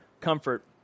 comfort